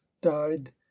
died